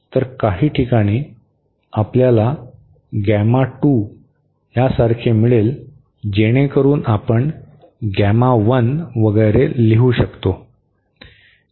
तर काही ठिकाणी आपल्याला सारखे मिळेल जेणेकरून आपण वगैरे लिहू शकतो